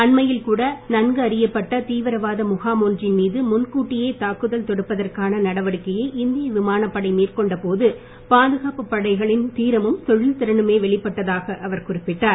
அண்மையில் கூட நன்கறியப்பட்ட தீவிரவாத முகாம் ஒன்றின் மீது முன்கூட்டியே தாக்குதல் தொடுப்பதற்கான நடவடிக்கையை இந்திய விமானப்படை மேற்கொண்ட போது பாதுகாப்பு படைகளின் தீரமும் தொழில் திறனுமே வெளிப்பட்டதாக அவர் குறிப்பிட்டார்